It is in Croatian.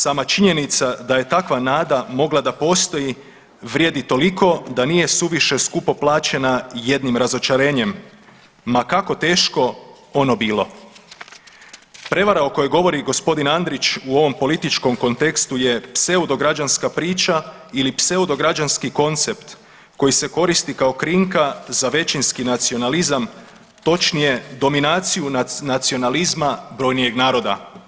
Sama činjenica da je takva nada mogla da postoji vrijedi toliko da nije suviše skupo plaćena jednim razočarenjem ma kako teško ono bilo.“ Prevara o kojoj govori gospodin Andrić u ovom političkom kontekstu je pseudo građanska priča ili pseudo građanski koncept koji se koristi kao krinka za većinski nacionalizam, točnije dominaciju nacionalizma brojnijeg naroda.